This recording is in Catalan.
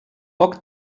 poc